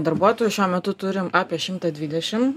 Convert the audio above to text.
darbuotojų šiuo metu turim apie šimtą dvidešim